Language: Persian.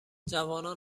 جوانان